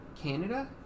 Canada